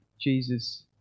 Jesus